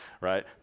right